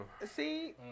see